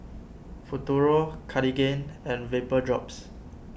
Futuro Cartigain and Vapodrops